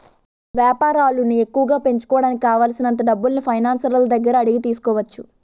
వేపారాలను ఎక్కువగా పెంచుకోడానికి కావాలిసినంత డబ్బుల్ని ఫైనాన్సర్ల దగ్గర అడిగి తీసుకోవచ్చు